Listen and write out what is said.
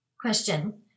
Question